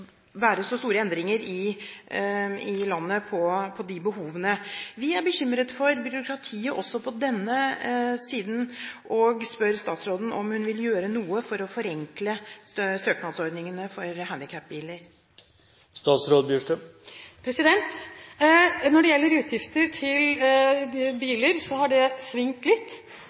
være så store endringer når det gjelder de behovene her i landet. Vi er bekymret for byråkratiet også på denne siden og spør derfor statsråden om hun vil gjøre noe for å forenkle søknadsordningene når det gjelder handikapbiler. Når det gjelder utgifter til biler, har det svingt litt.